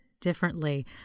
differently